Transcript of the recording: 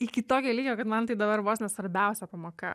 iki tokio lygio kad man tai dabar vos ne svarbiausia pamoka